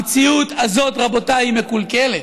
המציאות הזאת, רבותיי, היא מקולקלת.